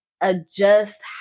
adjust